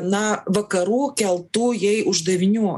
na vakarų keltų jai uždavinių